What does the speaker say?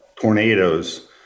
tornadoes